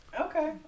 Okay